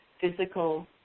physical